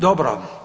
Dobro.